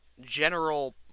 general